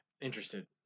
interested